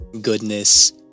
goodness